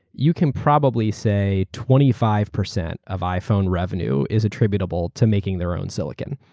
you can probably say twenty five percent of iphone revenue is attributable to making their own silicon.